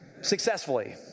successfully